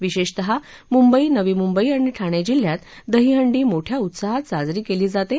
विशेषतः मुंबई नवी मुंबई आणि ठाणे जिल्ह्यात दहीहंडी मोठ्या उत्साहात साजरी केली जाती